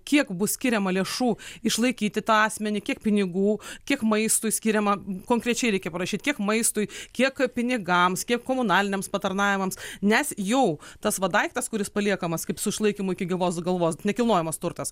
kiek bus skiriama lėšų išlaikyti tą asmenį kiek pinigų kiek maistui skiriama konkrečiai reikia parašyt kiek maistui kiek pinigams kiek komunaliniams patarnavimams nes jau tas va daiktas kuris paliekamas kaip su išlaikymu iki gyvos galvos nekilnojamas turtas